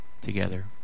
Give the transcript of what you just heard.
Together